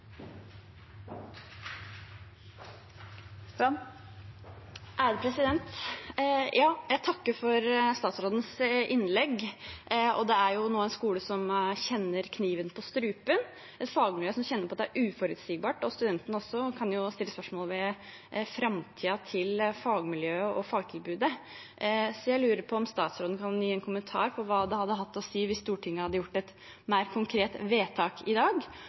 en skole som nå kjenner kniven på strupen, et fagmiljø som kjenner på at det er uforutsigbart, og studentene kan jo også stille spørsmål ved framtiden til fagmiljøet og fagtilbudet. Jeg lurer på om statsråden kan gi en kommentar på hva det hadde hatt å si hvis Stortinget hadde fattet et mer konkret vedtak i dag,